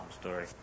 story